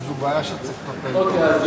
כי זו בעיה שצריך לטפל בה.